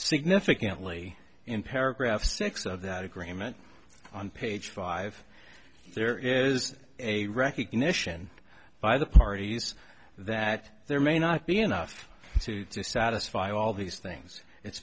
significantly in paragraph six of that agreement on page five there is a recognition by the parties that there may not be enough to satisfy all these things it